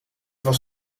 was